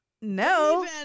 No